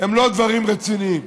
הם לא דברים רציניים.